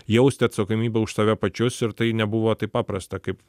jausti atsakomybę už save pačius ir tai nebuvo taip paprasta kaip